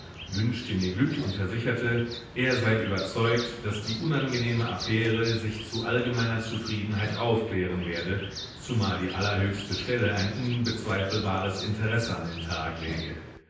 wünschte mir glück und versicherte er sei überzeugt daß die unangenehme affäre sich zu allgemeiner zufriedenheit aufklären werde zumal die allerhöchste stelle ein unbezweifelbares interesse an den tag lege